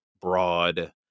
broad